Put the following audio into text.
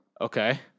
Okay